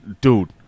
dude